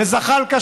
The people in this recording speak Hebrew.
לזחאלקה,